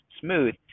smooth